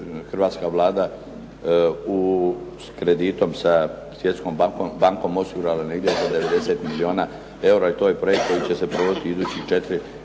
hrvatska Vlada s kreditom sa Svjetskom bankom osigurala negdje oko 90 milijuna eura i to je projekt koji će se provoditi idućih četiri